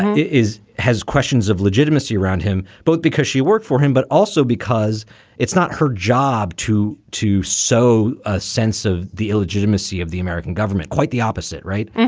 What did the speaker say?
is has questions of legitimacy around him, both because she worked for him, but also because it's not her job to to sew a sense of the illegitimacy of the american government. quite the opposite. right.